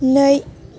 नै